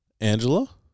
Angela